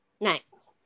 Nice